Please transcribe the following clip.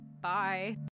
Bye